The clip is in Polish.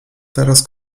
teraz